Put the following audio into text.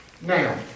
Now